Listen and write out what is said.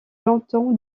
longtemps